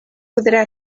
podrà